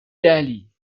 daily